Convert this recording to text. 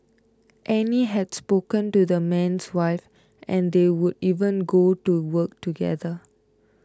Annie had spoken to the man's wife and they would even go to work together